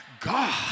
God